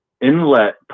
inlet